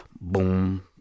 boom